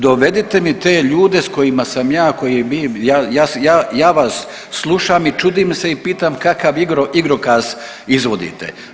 Dovedite mi te ljude s kojima sam ja, koji je, .../nerazumljivo/... ja, ja, ja vas slušam i čudim se i pitam kakav igrokaz izvodite.